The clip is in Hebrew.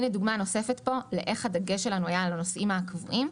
הנה דוגמה נוספת לאיך הדגש שלנו היה על הנוסעים הקבועים.